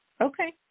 Okay